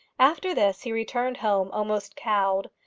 after this he returned home almost cowed.